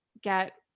get